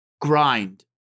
grind